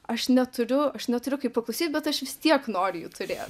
aš neturiu aš neturiu kaip paklausyt bet aš vis tiek noriu jį turėt